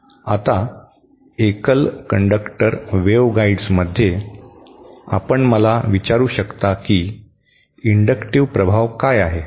आता एकल कंडक्टर वेव्हगाइड्समध्ये आपण मला विचारू शकता की इंडक्टिव्ह प्रभाव काय आहे